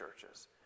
churches